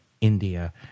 india